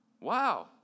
Wow